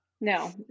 no